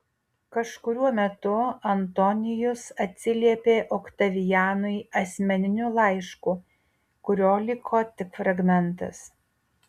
kažkuriuo metu antonijus atsiliepė oktavianui asmeniniu laišku kurio liko tik fragmentas